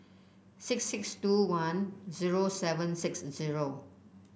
six six two one zero seven six zero